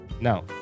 Now